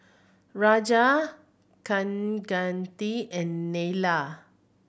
Raja Kaneganti and Neila